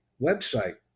website